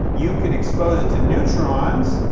you could expose it to neutrons,